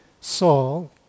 Saul